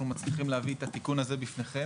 מצליחים להביא את התיקון הזה בפניכם.